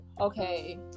okay